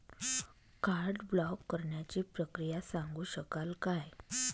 Card block करण्याची प्रक्रिया सांगू शकाल काय?